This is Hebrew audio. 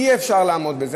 אי-אפשר לעמוד בזה.